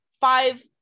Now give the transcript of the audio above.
five